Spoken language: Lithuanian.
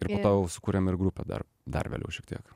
ir po to jau sukūrėm ir grupę dar dar vėliau šiek tiek